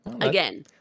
again